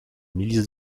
milice